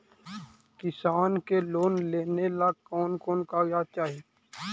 किसान के लोन लेने ला कोन कोन कागजात चाही?